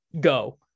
go